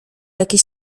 jakieś